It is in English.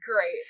Great